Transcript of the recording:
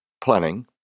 planning